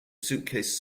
suitcase